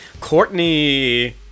Courtney